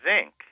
zinc